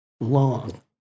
long